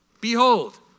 Behold